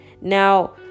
now